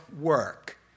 work